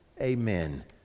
amen